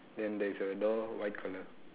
then there is a door white colour